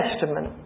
Testament